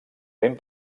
ben